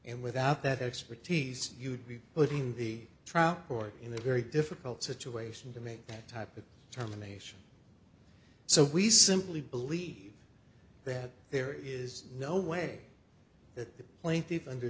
and without that expertise you'd be putting the trial court in the very difficult situation to make that type of terminations so we simply believe that there is no way that the plaintiffs under